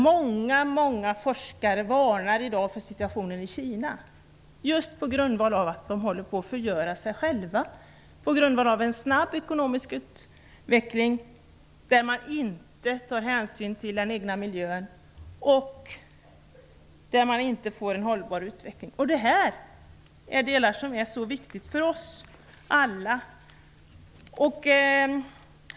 Många, många forskare varnar i dag för situationen i Kina just på grund av att de håller på att förgöra sig själva, på grund av en snabb ekonomisk utveckling, där man inte tar hänsyn till den egna miljön och där man inte får hållbar utveckling. Det här är delar som är viktiga för oss alla.